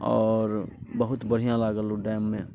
आओर बहुत बढ़िआँ लागल ओहि डैममे